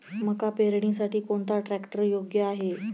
मका पेरणीसाठी कोणता ट्रॅक्टर योग्य आहे?